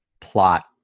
plot